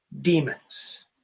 demons